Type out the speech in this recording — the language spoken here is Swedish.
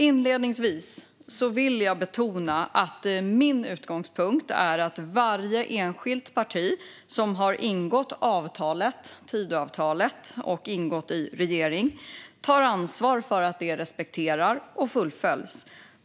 Inledningsvis vill jag betona att min utgångspunkt är att varje enskilt parti som ingår i Tidöavtalet och ingår i regeringen tar ansvar för att avtalet respekteras och fullföljs.